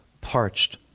parched